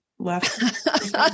Left